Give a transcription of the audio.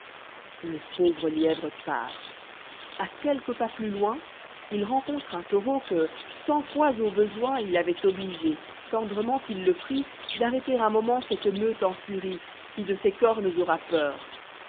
le pauvre lièvre part a quelques pas plus loin h rencontre un taureau que cent fois au besoin il avoit obligé tendrement il le prie d'arrêter un moment cette meute en furie qui de ses cornes aura peur